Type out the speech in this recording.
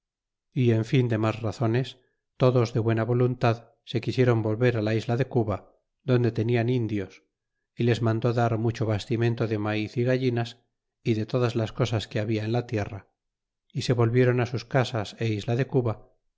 é en fin de mas razones todos de buena voluntad se quisieron volver la isla de cuba donde tenian indios y les mandó dar mucho bastimento de maiz é gallinas é de todas las cosas que habia en la tierra y se volvieron sus casas é isla de cuba